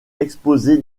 exposé